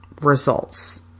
results